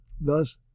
Thus